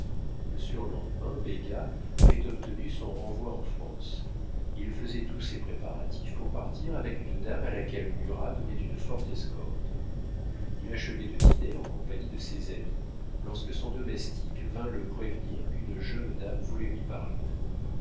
le surlendemain béga avait obtenu son renvoi en france il faisait tous ses préparatifs pour partir avec une dame à laquelle murat donnait une forte escorte il achevait de dîner en compagnie de ses amis lorsque son domestique vint le prévenir qu'une jeune dame voulait lui parler